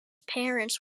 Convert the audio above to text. parents